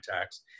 tax